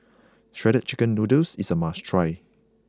Shredded Chicken Noodles is a must try